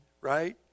Right